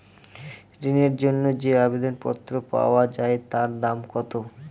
ঋণের জন্য যে আবেদন পত্র পাওয়া য়ায় তার দাম কত?